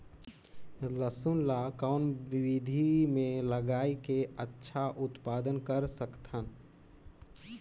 लसुन ल कौन विधि मे लगाय के अच्छा उत्पादन कर सकत हन?